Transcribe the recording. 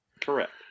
Correct